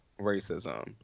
racism